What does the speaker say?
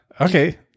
Okay